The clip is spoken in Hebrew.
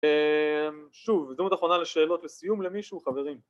שוב הזדמנות אחרונה לשאלות לסיום למישהו חברים